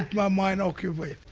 my mind occupied.